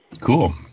Cool